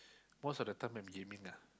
most the time when gaming ah